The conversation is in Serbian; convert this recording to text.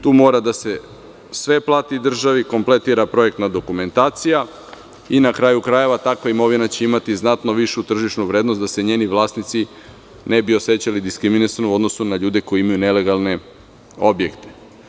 Tu mora da se sve plati državi, kompletira projektna dokumentacija i, na kraju krajeva, takva imovina će imati znatno višu tržišnu vrednost da se njeni vlasnici ne bi osećali diskriminisano u odnosu na ljude koji imaju nelegalne objekte.